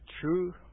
true